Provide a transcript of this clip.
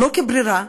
לא כברירה,